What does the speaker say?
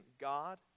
God